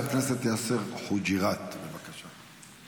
אתם צבועים, זה רק תירוץ, הממשלה.